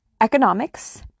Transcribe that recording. economics